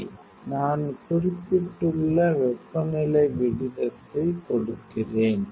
சரி நான் குறிப்பிட்டுள்ள வெப்பநிலை விகிதத்தைக் கொடுக்கிறேன்